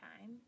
time